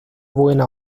buena